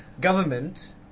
government